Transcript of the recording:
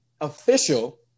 official